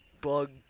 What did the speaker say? bug